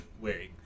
wearing